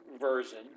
version